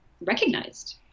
recognized